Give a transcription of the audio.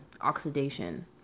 oxidation